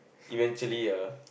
eventually uh